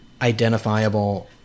identifiable